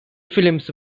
films